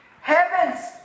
heavens